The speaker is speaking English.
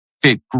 fit